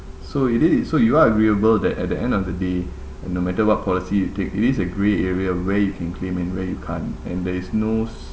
so it is so you are agreeable that at the end of the day and no matter what policy you take it is a grey area where you can redeem and where you can't and there is no